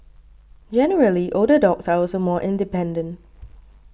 generally older dogs are also more independent